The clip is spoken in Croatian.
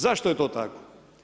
Zašto je to tako?